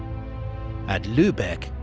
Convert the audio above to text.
at lubeck,